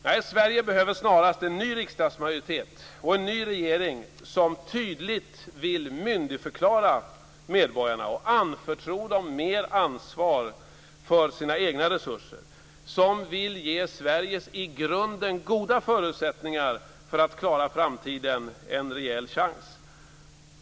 Nej, Sverige behöver snarast en ny riksdagsmajoritet och en ny regering som tydligt vill myndigförklara medborgarna och anförtro dem mer ansvar för sina egna resurser, som vill ge Sveriges i grunden goda förutsättningar för att klara inför framtiden en rejäl chans.